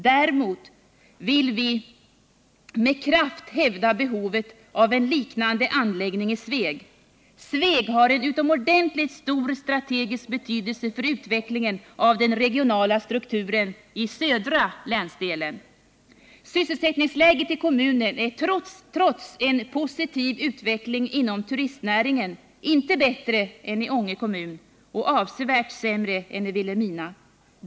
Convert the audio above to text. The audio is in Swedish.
Däremot vill vi med kraft hävda behovet av en liknande anläggning i Sveg. Sveg har en utomordentligt stor strategisk betydelse för utvecklingen av den regionala strukturen i södra länsdelen. Sysselsättningsläget i kommunen är trots en positiv utveckling inom turistnäringen inte bättre än i Ånge kommun och avsevärt sämre än i Vilhelmina.